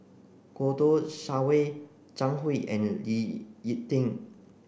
Kouo Shang Wei Zhang Hui and Lee Ek Tieng